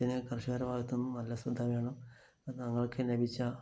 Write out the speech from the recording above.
പിന്നെ കര്ഷകരുടെ ഭാഗത്തു നിന്നും നല്ല ശ്രദ്ധ വേണം തങ്ങള്ക്ക് ലഭിച്ച